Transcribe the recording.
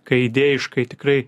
kai idėjiškai tikrai